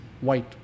White